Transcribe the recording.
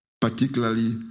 particularly